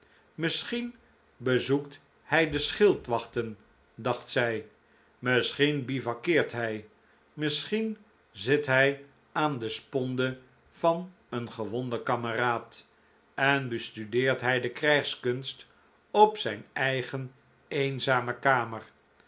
misschien bezoekt hij de schildwachten dacht zij misschien bivakkeert hij misschien zit hij aan de sponde van een gewonden kameraad en bestudeert hij de krijgskunst op zijn eigen eenzame kamer